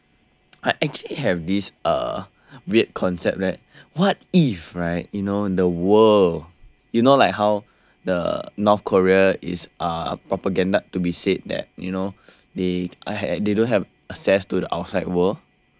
I actually have this uh weird concept that what if right you know the world you know like how the North korea is a propaganda to be said that you know they they don't have access to the outside world